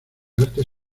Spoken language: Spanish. arte